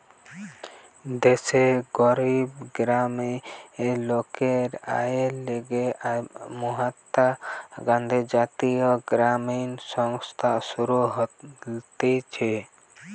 দেশের গরিব গ্রামের লোকের আয়ের লিগে মহাত্মা গান্ধী জাতীয় গ্রামীণ কর্মসংস্থান শুরু হতিছে